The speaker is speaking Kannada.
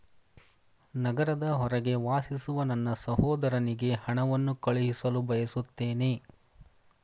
ನಗರದ ಹೊರಗೆ ವಾಸಿಸುವ ನನ್ನ ಸಹೋದರನಿಗೆ ಹಣವನ್ನು ಕಳುಹಿಸಲು ಬಯಸುತ್ತೇನೆ